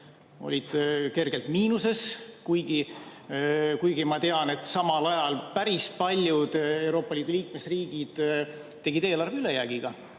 olid kergelt miinuses, kuigi ma tean, et samal ajal päris paljud Euroopa Liidu liikmesriigid tegid eelarve ülejäägiga